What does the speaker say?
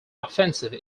offensive